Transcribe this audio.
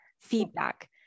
feedback